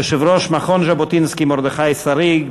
יושב-ראש מכון ז'בוטינסקי מרדכי שריג,